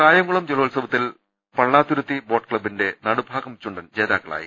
കായംകുളം ജലോത്സവത്തിൽ പള്ളാത്തുരുത്തി ബോട്ട് ക്സബ്ബിന്റെ നടുഭാഗം ചുണ്ടൻ ജേതാക്കളായി